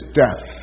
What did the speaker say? death